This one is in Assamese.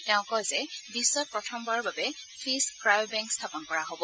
তেওঁ কয় বিখ্বত প্ৰথমবাৰৰ বাবে ফিছ ক্ৰায়বেংক স্থাপন কৰা হব